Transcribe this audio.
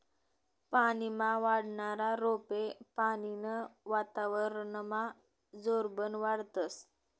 पानीमा वाढनारा रोपे पानीनं वातावरनमा जोरबन वाढतस